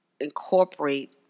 incorporate